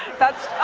that's